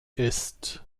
ist